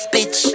Bitch